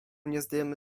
nieznajomy